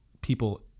people